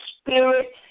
spirit